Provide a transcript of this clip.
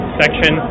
section